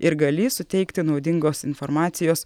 ir galįs suteikti naudingos informacijos